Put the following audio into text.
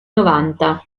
novanta